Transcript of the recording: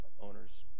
owners